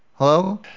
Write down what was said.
Hello